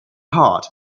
hard